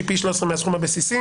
שהיא פי 13 מהסכום הבסיסי.